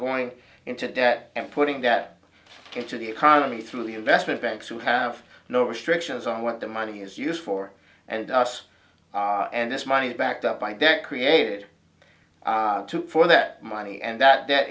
going into debt and putting that into the economy through the investment banks who have no restrictions on what the money is used for and us and this money backed up by debt created for that money and that that